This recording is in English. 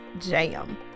jam